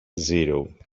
zero